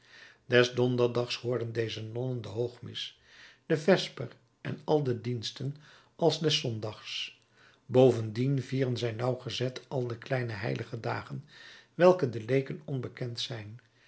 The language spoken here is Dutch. des donderdags hooren deze nonnen de hoogmis de vesper en al de diensten als des zondags bovendien vieren zij nauwgezet al de kleine heilige dagen welke den leeken onbekend zijn